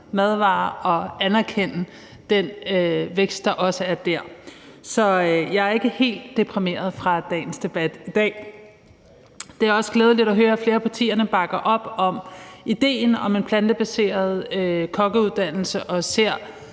madvarer og anerkende den vækst, der også er der. Så jeg er ikke helt deprimeret efter dagens debat i dag. Det er også glædeligt at høre, at flere af partierne bakker op om idéen om en plantebaseret kokkeuddannelse og ser